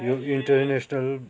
यो इन्टरनेसनल